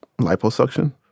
liposuction